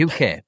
UK